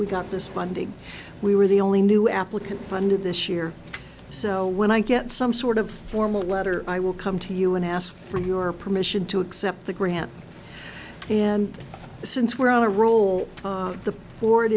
we got this funding we were the only new applicant funded this year so when i get some sort of formal letter i will come to you and ask for your permission to accept the grant and since we're on a roll the fo